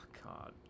God